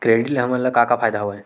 Credit ले हमन का का फ़ायदा हवय?